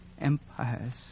empires